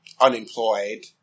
unemployed